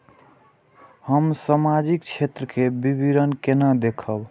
हम सामाजिक क्षेत्र के विवरण केना देखब?